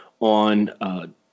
on